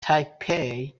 taipei